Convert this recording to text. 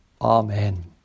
Amen